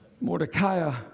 Mordecai